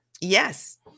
yes